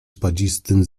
spadzistym